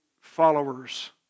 followers